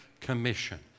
Commission